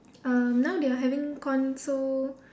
um now they are having